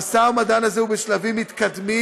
המשא ומתן הזה הוא בשלבים מתקדמים,